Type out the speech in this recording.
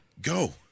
go